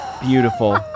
Beautiful